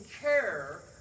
care